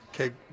Okay